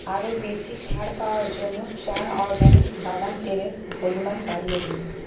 আরও বেশি ছাড় পাওয়ার জন্য টার্ন অরগ্যানিক বাদাম তেলের পরিমাণ বাড়িয়ে দিন